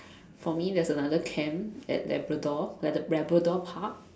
for me there's another camp at Labrador at Labrador Park